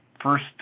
first